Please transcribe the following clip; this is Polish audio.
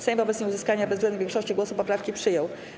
Sejm wobec nieuzyskania bezwzględnej większości głosów poprawki przyjął.